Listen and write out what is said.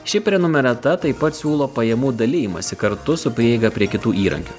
ši prenumerata taip pat siūlo pajamų dalijimąsi kartu su prieiga prie kitų įrankių